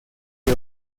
que